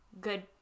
good